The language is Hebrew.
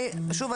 שוב,